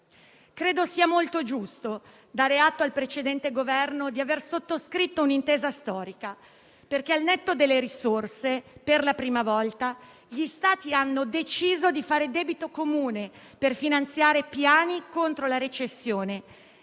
Credo sia molto giusto dare atto al precedente Governo di aver sottoscritto un'intesa storica, perché, al netto delle risorse, per la prima volta gli Stati hanno deciso di fare debito comune, per finanziare piani contro la recessione